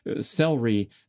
celery